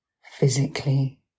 physically